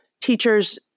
teachers